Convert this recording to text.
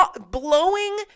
blowing